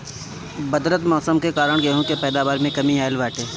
बदलत मौसम के कारण गेंहू के पैदावार में कमी आइल बाटे